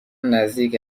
نزدیک